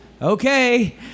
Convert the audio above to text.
Okay